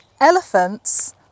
elephants